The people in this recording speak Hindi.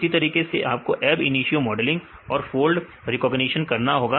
इसी तरीके से आपको अब इनिशियो मॉडलग और फोल्ड रिकॉग्निशन करना होगा